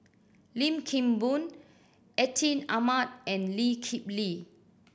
Lim Kim Boon Atin Amat and Lee Kip Lee